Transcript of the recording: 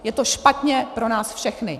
Je to špatně pro nás všechny.